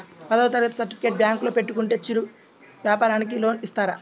పదవ తరగతి సర్టిఫికేట్ బ్యాంకులో పెట్టుకుంటే చిరు వ్యాపారంకి లోన్ ఇస్తారా?